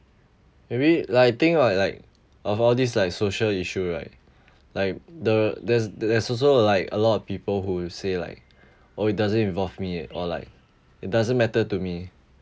maybe like think about like of all these like social issue right like the there's there's also like a lot of people who will say like oh it doesn't involve me or like it doesn't matter to me